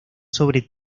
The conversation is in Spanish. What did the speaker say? sobre